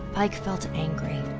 pike felt angry.